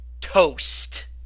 toast